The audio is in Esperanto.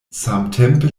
samtempe